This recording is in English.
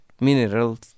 Minerals